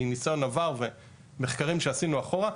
מניסיון עבר ומחקרים שעשינו אחורה,